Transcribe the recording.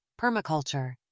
permaculture